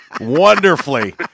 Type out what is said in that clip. wonderfully